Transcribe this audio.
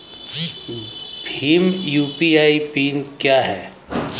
Bhim UPI PIN क्या है?